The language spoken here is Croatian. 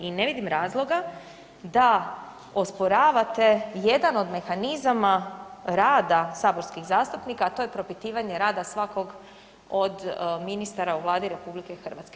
I ne vidim razloga da osporavate jedan od mehanizama rada saborskih zastupnika, a to je propitivanje rada svakog od ministara u Vladi RH.